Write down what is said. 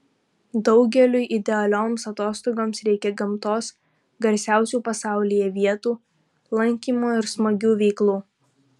daugeliui idealioms atostogoms reikia gamtos garsiausių pasaulyje vietų lankymo ir smagių veiklų